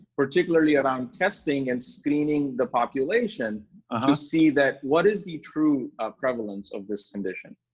particularly around testing and screening the population, to see that what is the true prevalence of this condition?